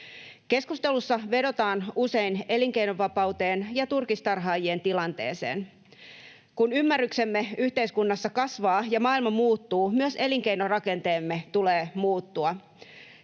Keskustelussa vedotaan usein elinkeinonvapauteen ja turkistarhaajien tilanteeseen. Kun ymmärryksemme yhteiskunnassa kasvaa ja maailma muuttuu, myös elinkeinorakenteemme tulee muuttua.